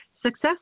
Success